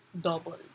double